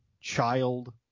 child